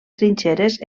trinxeres